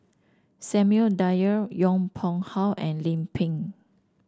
Samuel Dyer Yong Pung How and Lim Pin